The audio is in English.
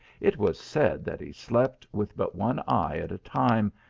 it was said that he slept with but one eye at a time,